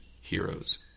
heroes